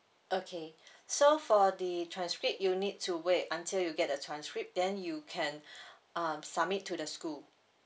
okay so for the transcript you need to wait until you get the transcript then you can um submit to the school